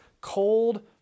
cold